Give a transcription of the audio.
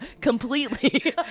completely